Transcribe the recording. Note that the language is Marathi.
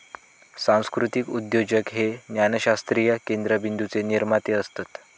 सांस्कृतीक उद्योजक हे ज्ञानशास्त्रीय केंद्रबिंदूचे निर्माते असत